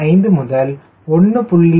5 முதல் 1